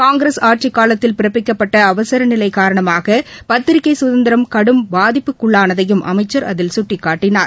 காங்கிரஸ் ஆட்சிக்காலத்தில் பிறப்பிக்கப்பட்ட அவசர நிலை னரணமாக பத்திரிகை சுதந்திரம் கடும் பாதிப்புக்குள்ளானதையும் அமைச்சர் அதில் சுட்டிக்காட்டியுள்ளார்